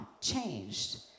changed